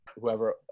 whoever